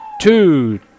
two